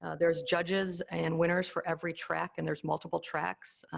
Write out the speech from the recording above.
ah there's judges and winners for every track, and there's multiple tracks.